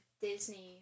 disney